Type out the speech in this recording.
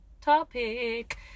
topic